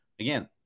Again